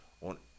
on